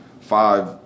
five